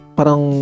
Parang